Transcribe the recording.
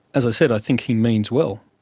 as i said, i think he means well.